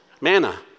manna